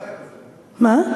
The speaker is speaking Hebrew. מה?